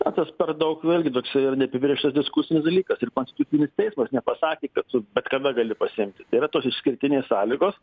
na tas per daug vėlgi toksai yra neapibrėžtas diskusinis dalykas ir konstitucinis teismas nepasakė kad bet kada gali pasiimti tai yra tos išskirtinės sąlygos